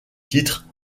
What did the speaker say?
titre